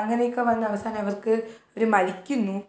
അങ്ങനെയൊക്കെ വന്ന് അവസാനം അവർക്ക് അവർ മരിക്കുന്നു